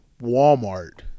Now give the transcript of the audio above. Walmart